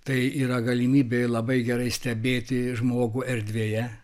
tai yra galimybė labai gerai stebėti žmogų erdvėje